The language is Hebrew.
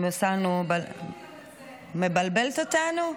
את מבלבלת אותנו?